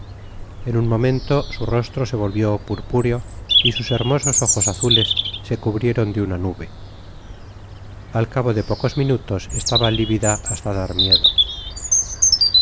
en un momento su rostro se volvió purpúreo y sus hermosos ojos azules se cubrieron de una nube al cabo de pocos minutos estaba livida hasla dar miedp